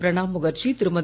Pranab Mukherjee Thirumathi